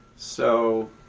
so,